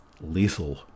lethal